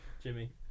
Jimmy